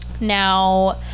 Now